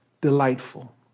delightful